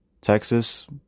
Texas